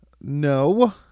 No